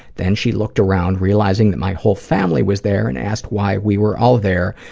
then she looked around, realizing that my whole family was there, and asked why we were all there,